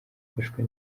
afashwe